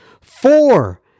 four